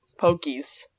pokies